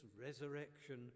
resurrection